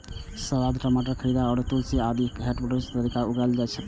सलाद, टमाटर, खीरा, हरियर सेम, तुलसी आदि हाइड्रोपोनिक्स तरीका सं उगाएल जा सकैए